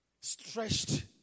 stretched